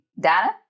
data